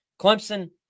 Clemson